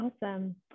awesome